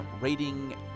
rating